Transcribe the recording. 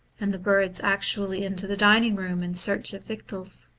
and the hirds actu ally into the dining-room in search of victuals.